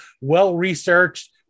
well-researched